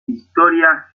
historia